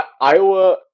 Iowa